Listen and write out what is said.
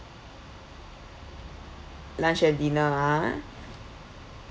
lunch and dinner a'ah